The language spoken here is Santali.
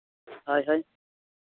ᱦᱳᱭ ᱦᱳᱭ